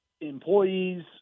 employees